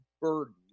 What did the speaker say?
burden